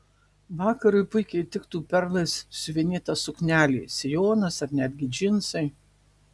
vakarui puikiai tiktų perlais siuvinėta suknelė sijonas ar netgi džinsai